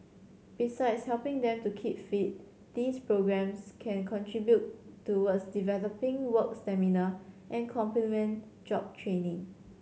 besides helping them to keep fit these programmes can contribute towards developing work stamina and complement job training